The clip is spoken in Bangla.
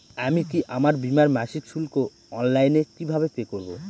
আমি কি আমার বীমার মাসিক শুল্ক অনলাইনে কিভাবে পে করব?